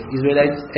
Israelites